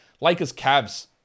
Lakers-Cavs